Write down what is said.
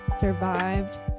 survived